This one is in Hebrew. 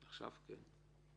כן.